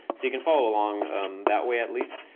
so you can follow along that way at least.